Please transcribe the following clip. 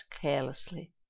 carelessly